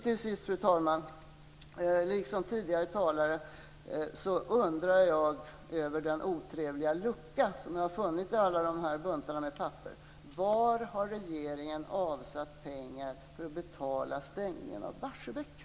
Till sist, fru talman, undrar jag liksom tidigare talare över den otrevliga lucka som jag har funnit i alla buntarna med papper: Var har regeringen avsatt pengar för att betala stängningen av Barsebäck?